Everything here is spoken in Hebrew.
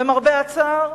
למרבה הצער.